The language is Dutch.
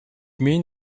meen